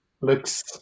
looks